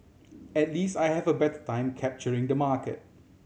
at least I have a better time capturing the market